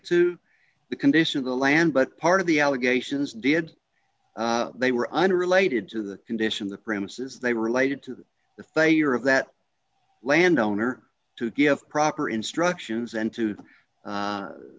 to the condition of the land but part of the allegations did they were unrelated to the condition the premises they were related to the failure of that landowner to give proper instructions and to